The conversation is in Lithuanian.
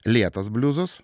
lėtas bliuzas